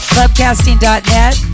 Clubcasting.net